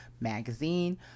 magazine